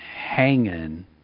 hanging